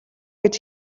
гэж